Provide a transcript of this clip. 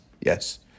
Yes